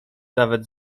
nawet